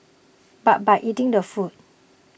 but by eating the food